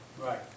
Right